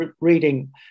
reading